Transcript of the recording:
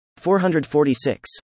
446